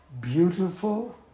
beautiful